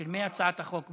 של מי הצעת החוק במקור,